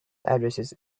addresses